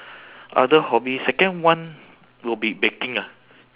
other hobby second one will be baking ah